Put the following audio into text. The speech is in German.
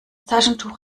taschentuch